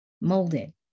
molded